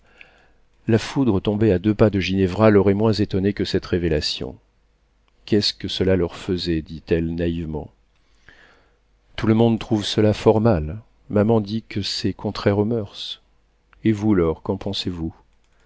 la foudre tombée à deux pas de ginevra l'aurait moins étonnée que cette révélation qu'est-ce que cela leur faisait dit-elle naïvement tout le monde trouve cela fort mal maman dit que c'est contraire aux moeurs et vous laure qu'en pensez-vous